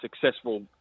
successful